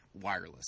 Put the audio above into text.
wireless